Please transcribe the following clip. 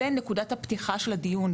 זו נקודה הפתיחה של הדיון,